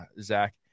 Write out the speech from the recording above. Zach